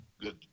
good